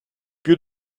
più